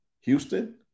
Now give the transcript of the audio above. Houston